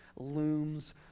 looms